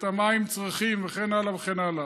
את המים צריכים וכן הלאה וכן הלאה.